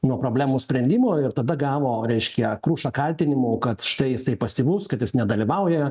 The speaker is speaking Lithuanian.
nuo problemų sprendimo ir tada gavo reiškia kruša kaltinimų kad štai jisai pasyvus kad jis nedalyvauja